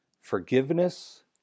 forgiveness